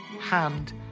hand